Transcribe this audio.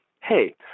hey –